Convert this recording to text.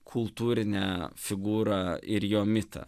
kultūrinę figūrą ir jo mitą